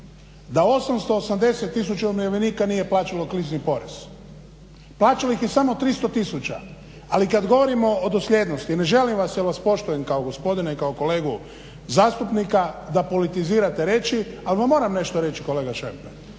da 880 tisuća umirovljenika nije plaćalo krizni porez, plaćalo ih je samo 300 tisuća. Ali kad govorimo o dosljednosti, ne želim vas jer vas poštujem kao gospodina i kao kolegu zastupnika da politizirate reći, ali vam moram nešto reći kolega Šemper.